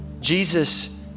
Jesus